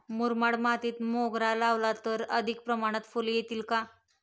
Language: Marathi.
मुरमाड मातीत मोगरा लावला तर अधिक प्रमाणात फूले येतील का?